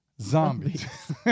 zombies